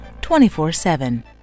24-7